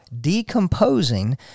decomposing